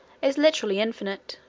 is literally infinite.